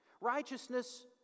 Righteousness